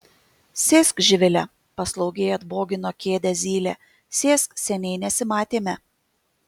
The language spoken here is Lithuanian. sėsk živile paslaugiai atbogino kėdę zylė sėsk seniai nesimatėme